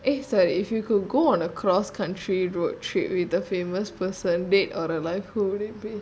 eh sorry if you could go on a cross country road trip with a famous person dead or alive who would it be